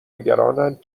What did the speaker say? نگرانند